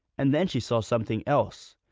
and then she saw something else,